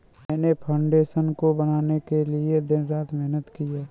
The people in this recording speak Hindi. मैंने फाउंडेशन को बनाने के लिए दिन रात मेहनत की है